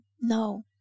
No